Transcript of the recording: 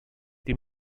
die